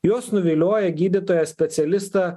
jos nuvilioja gydytoją specialistą